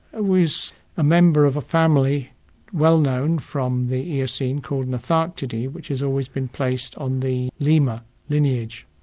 ah was a member of a family well known from the eocene called notharctidae which has always been placed on the lemur lineage.